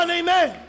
amen